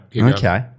Okay